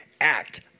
act